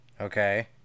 Okay